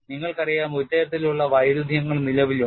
നിങ്ങൾക്കറിയാമോ ഇത്തരത്തിലുള്ള വൈരുദ്ധ്യങ്ങൾ നിലവിലുണ്ട്